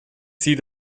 sie